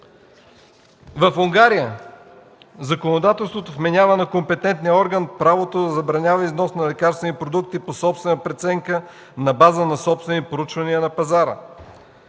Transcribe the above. В Унгария законодателството вменява на компетентния орган правото да забранява износ на лекарствени продукти по собствена преценка на база на собствени проучвания на пазара.